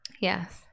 Yes